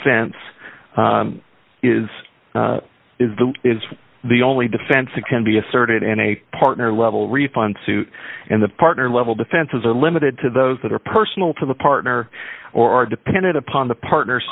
fence is is the is the only defense and can be asserted in a partner level refund suit and the partner level defenses are limited to those that are personal to the partner or are dependent upon the partner